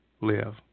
live